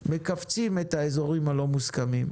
מכווצים את האזורים הלא מוסכמים,